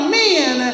men